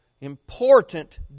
important